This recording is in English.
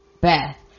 Beth